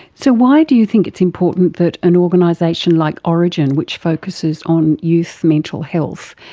so why do you think it's important that an organisation like orygen, which focuses on youth mental health,